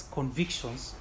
convictions